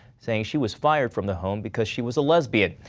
saying she was fired from the home because she was a lesbian.